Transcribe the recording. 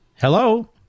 hello